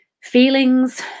feelings